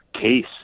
case